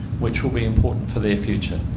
which will be important for their future?